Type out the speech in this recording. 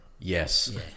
Yes